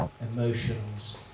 emotions